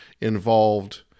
involved